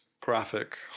graphic